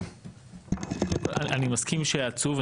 אני מסכים שעצוב.